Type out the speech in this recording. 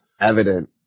evident